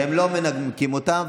והן לא מנמקות אותן,